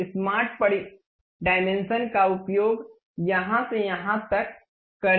smart परिमाप का उपयोग यहां से यहां तक करें